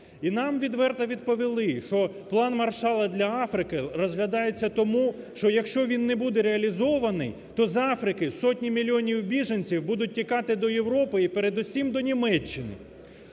І нам відверто відповіли, що план Маршала для Африки розглядається тому, що, якщо він не буде реалізований, то з Африки сотні мільйонів біженців будуть тікати до Європи і, передусім, до Німеччини.